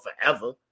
forever